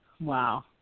Wow